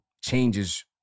changes